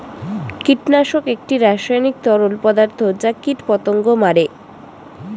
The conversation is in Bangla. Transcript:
কীটনাশক একটি রাসায়নিক তরল পদার্থ যা কীটপতঙ্গ মারে